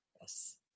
Yes